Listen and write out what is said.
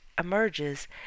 emerges